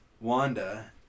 Wanda